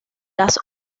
las